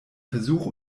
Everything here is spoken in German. versuch